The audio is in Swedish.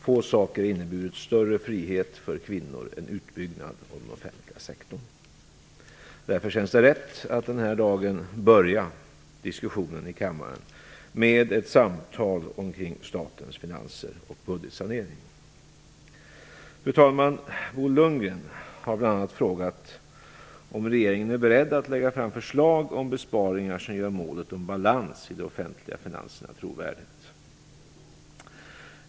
Få saker har inneburit större frihet för kvinnor än utbyggnaden av den offentliga sektorn. Därför känns det rätt att den här dagen börja diskussionen i kammaren med ett samtal kring statens finanser och budgetsaneringen. Fru talman! Bo Lundgren har bl.a. frågat om regeringen är beredd att lägga fram förslag om besparingar som gör målet om balans i de offentliga finanserna trovärdigt.